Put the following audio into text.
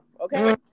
Okay